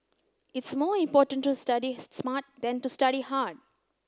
it's more important to study smart than to study hard